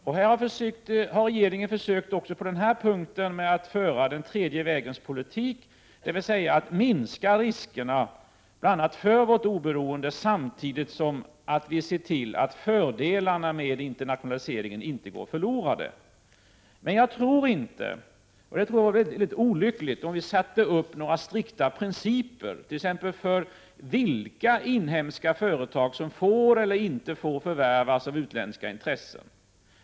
Också på den här punkten har regeringen försökt att föra den tredje vägens politik — dvs. att vi försöker minska riskerna, bl.a. när det gäller vårt oberoende, samtidigt som vi ser till att fördelarna med internationaliseringen inte går förlorade. Jag tror att det vore olyckligt om vi satte upp några strikta principer för t.ex. vilka inhemska företag som får eller inte får förvärvas av utländska intressen.